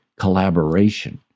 Collaboration